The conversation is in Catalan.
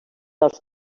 als